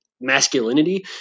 masculinity